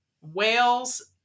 whales